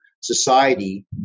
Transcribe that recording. society